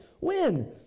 win